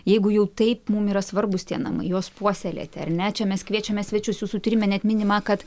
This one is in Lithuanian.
jeigu jau taip mum yra svarbūs tie namai juos puoselėti ar ne čia mes kviečiame svečius jūsų tyrime net minima kad